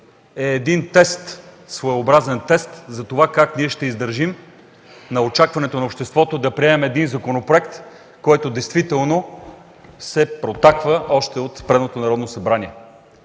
е своеобразен тест за това как ще издържим на очакването на обществото да приемем законопроект, който се протака още от предното Народно събрание.